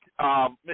Mr